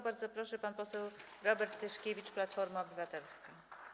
Bardzo proszę, pan poseł Robert Tyszkiewicz, Platforma Obywatelska.